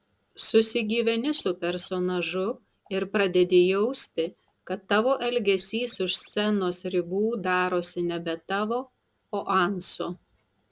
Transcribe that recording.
susigyveni su personažu ir pradedi jausti kad tavo elgesys už scenos ribų darosi nebe tavo o anso